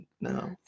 No